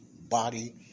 Body